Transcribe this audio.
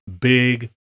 Big